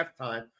halftime